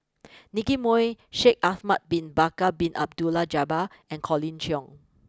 Nicky Moey Shaikh Ahmad Bin Bakar Bin Abdullah Jabbar and Colin Cheong